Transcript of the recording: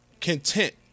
content